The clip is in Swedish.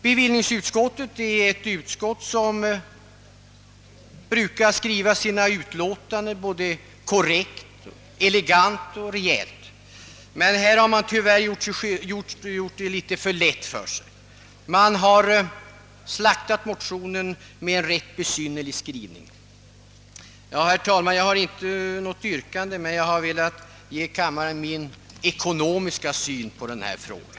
Bevillningsutskottet är ett utskott som brukar skriva sina utlåtanden både korrékt,: elegant och ' rejält, men här har man tyvärr gjort det litet för lätt för sig. Man har slaktat motionen med en rätt besynnerlig skrivning. Herr talman! Jag har inte något yrkande, men jag har velat ge kammaren min ekonomiska syn på denna fråga.